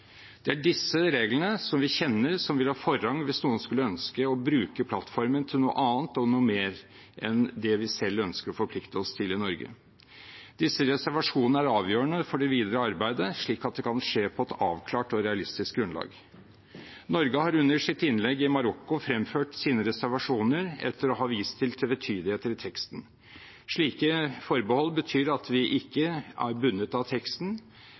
Det er disse reglene, som vi kjenner, som vil ha forrang hvis noen skulle ønske å bruke plattformen til noe annet og noe mer enn det vi selv ønsker å forplikte oss til i Norge. Disse reservasjonene er avgjørende for det videre arbeidet, slik at det kan skje på et avklart og realistisk grunnlag. Norge har under sitt innlegg i Marokko fremført sine reservasjoner etter å ha vist til tvetydigheter i teksten. Slike forbehold betyr at vi ikke er bundet av teksten,